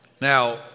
Now